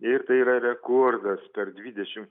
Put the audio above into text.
ir tai yra rekordas per dvidešimt